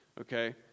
Okay